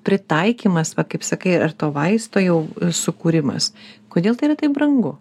pritaikymas va kaip sakai ar to vaisto jau sukūrimas kodėl tai yra taip brangu